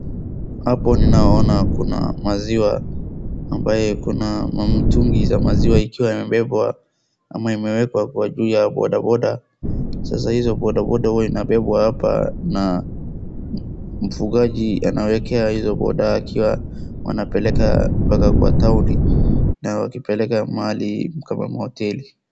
Hapo ninaona kuna maziwa ambaye kuna mamimtugi ya maziwa ikiwa imebebwa ama imekwa kwa juu ya bodaboda .Sasa hizo bodaboda huwa inabebwa hapa na mfungaji anaekayea hizo boda akiwa anapeleka mpaka kwa taoni mahali kama hoteli.